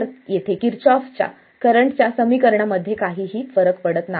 तर येथे किर्चॉफचा च्या करंटच्या समीकरणामध्ये काही फरक पडत नाही